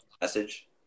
message